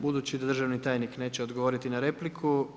Budući da državni tajnik neće odgovoriti na repliku.